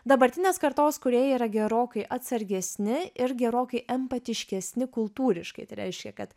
dabartinės kartos kūrėjai yra gerokai atsargesni ir gerokai empatiškesni kultūriškai tai reiškia kad